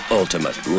ultimate